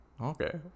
Okay